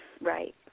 right